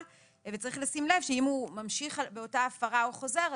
וצריך לשים לב שאם הוא ממשיך באותה הפרה או חוזר עליה,